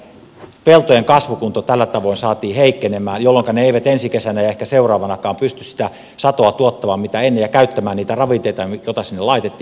peltojen kasvukunto tällä tavoin saatiin heikkenemään jolloinka ne eivät ensi kesänä eivätkä ehkä seuraavanakaan pysty sitä satoa tuottamaan kuin ennen ja käyttämään niitä ravinteita joita sinne laitettiin